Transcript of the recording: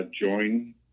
join